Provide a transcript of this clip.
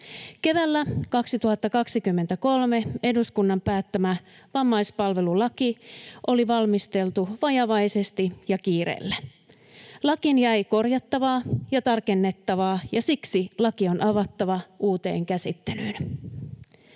Keväällä 2023 eduskunnan päättämä vammaispalvelulaki oli valmisteltu vajavaisesti ja kiireellä. Lakiin jäi korjattavaa ja tarkennettavaa, ja siksi laki on avattava uuteen käsittelyyn.